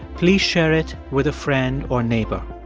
please share it with a friend or neighbor.